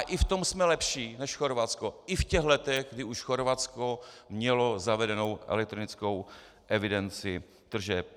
A i v tom jsme lepší než Chorvatsko, i v těch letech, kdy už Chorvatsko mělo zavedenou elektronickou evidenci tržeb.